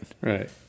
Right